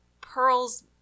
Pearl's